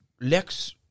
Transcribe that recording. Lex